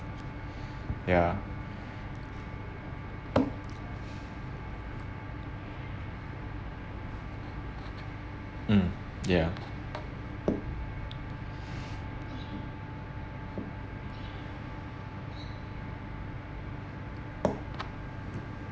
yeah mm ya